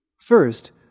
First